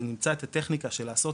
ונמצא את הטכניקה לעשות,